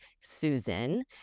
susan